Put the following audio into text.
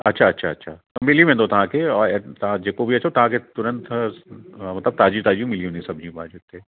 अच्छा अच्छा अच्छा मिली वेंदो तव्हांखे हो ये तव्हां जेको बि अचो तव्हांखे तुरंत मतिलब ताजियूं ताजियूं मिली वेंदी सबजियूं पाण खे हिते